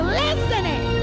listening